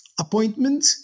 appointment